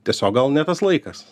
tiesiog gal ne tas laikas